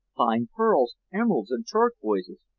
fine pearls, emeralds and turquoises,